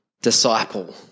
disciple